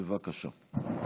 בבקשה.